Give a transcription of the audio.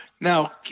Now